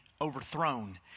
overthrown